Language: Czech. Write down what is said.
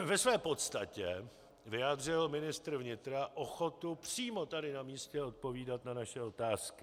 Ve své podstatě vyjádřil ministr vnitra ochotu přímo tady na místě odpovídat na naše otázky.